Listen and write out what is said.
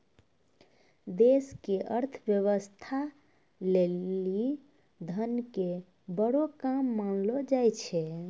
देश के अर्थव्यवस्था लेली धन के बड़ो काम मानलो जाय छै